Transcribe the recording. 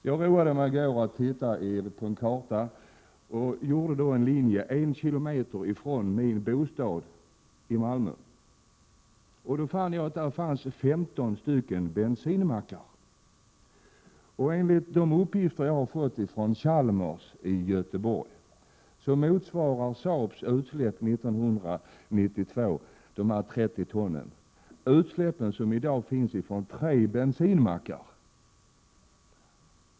Jag roade mig i går med att se på en karta och drog en linje 1 kilometer från min bostad i Malmö. Då fann jag att det finns 15 bensinmackar inom området. Enligt de uppgifter som jag har fått från Chalmers i Göteborg motsvarar Saabs utsläpp på 30 ton år 1992 utsläppen i dag från tre bensinmackar.